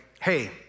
Hey